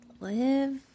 live